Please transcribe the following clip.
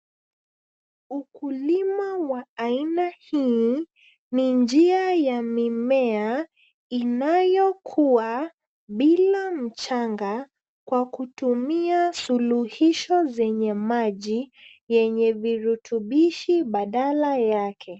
Ukulima wa aina hii, ni njia ya mimea inayokua bila mchanga kwa kutumia suluhisho zenye maji yenye virutubishi badala yake.